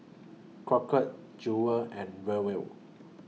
Crockett Jewel and Roel